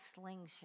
slingshot